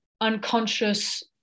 unconscious